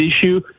issue